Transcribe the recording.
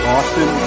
Austin